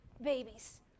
babies